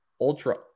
ultra